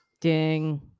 Ding